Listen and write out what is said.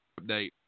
update